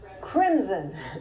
crimson